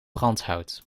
brandhout